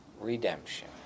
redemption